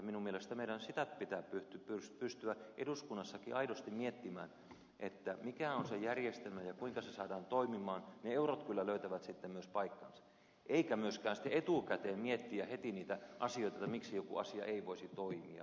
minun mielestäni meidän pitää pystyä eduskunnassakin aidosti miettimään sitä mikä on se järjestelmä ja kuinka se saadaan toimimaan ne eurot kyllä löytävät sitten myös paikkansa eikä myöskään etukäteen miettiä heti niitä asioita niin miksi joku asia ei voisi toimia